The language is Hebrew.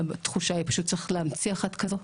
התחושה היא שצריך להמציא אחת כזו.